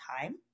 time